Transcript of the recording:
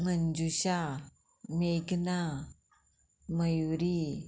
मंजुशा मेघना मयुरी